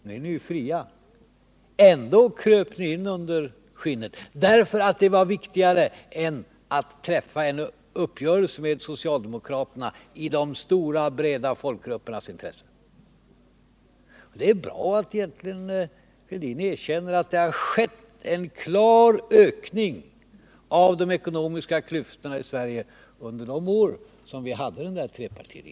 Nu är ni ju fria. Ändå kröp ni in under skinnet därför att det var viktigare än att träffa en uppgörelse med socialdemokraterna i de stora folkgruppernas intresse. Det är bra att Thorbjörn Fälldin erkänner att det har skett en klar ökning av de ekonomiska klyftorna i Sverige under de år då vi hade trepartiregeringen.